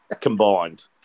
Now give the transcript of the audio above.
combined